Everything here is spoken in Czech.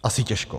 Asi těžko.